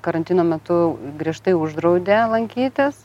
karantino metu griežtai uždraudė lankytis